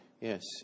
Yes